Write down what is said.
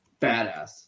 Badass